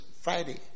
Friday